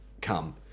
come